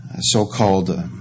so-called